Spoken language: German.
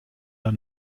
der